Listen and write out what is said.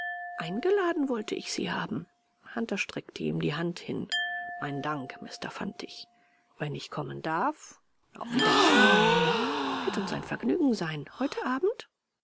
eingeladen wollte ich sie haben hunter streckte ihm die hand hin meinen dank mister fantig wenn ich kommen darf auf wiedersehen wird uns ein vergnügen sein heute abend